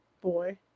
boy